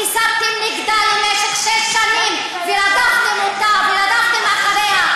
שהִסתּם נגדה במשך שש שנים ורדפתם אותה ורדפתם אחריה.